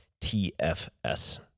TFS